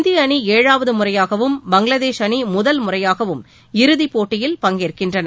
இந்திய அணி ஏழாவது முறையாகவும் பங்களாதேஷ் அணி முதல் முறையாகவும் இறுதி போட்டியில் பங்கேற்கின்றன